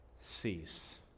cease